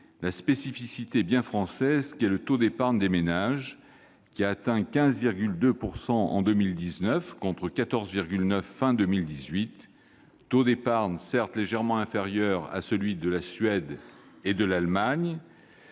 la spécificité bien française qu'est le taux d'épargne des ménages, qui a atteint 15,2 % en 2019, contre 14,9 % fin 2018. Ce taux d'épargne est, certes, légèrement inférieur à celui de la Suède et de l'Allemagne,